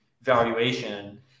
valuation